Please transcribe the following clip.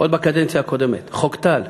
עוד בקדנציה הקודמת, חוק טל,